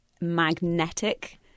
magnetic